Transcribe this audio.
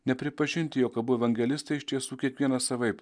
nepripažint jog abu evangelistai iš tiesų kiekvienas savaip